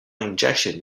injection